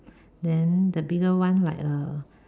then the middle one like a